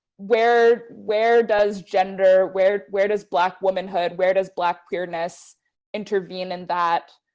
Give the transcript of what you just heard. where where does gender, where where does black womanhood, where does black queerness intervene in that?